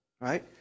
right